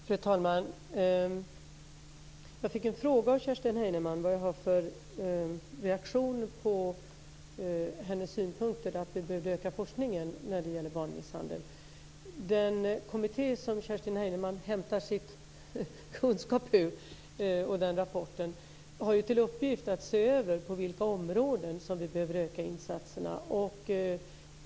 Fru talman! Jag fick en fråga av Kerstin Heinemann vad jag har för reaktion på hennes synpunkter att vi behöver öka forskningen när det gäller barnmisshandel. Den kommitté som Kerstin Heinemann hämtar sina kunskaper ur, och rapporten, har till uppgift att se över på vilka områden vi behöver öka insatserna.